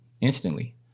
instantly